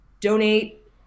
Donate